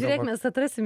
žiūrėk mes atrasim